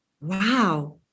wow